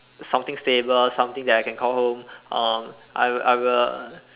something stable something that I can call home uh I will I will